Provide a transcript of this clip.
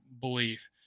belief